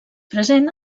present